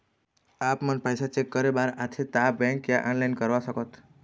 आपमन पैसा चेक करे बार आथे ता बैंक या ऑनलाइन करवा सकत?